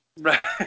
Right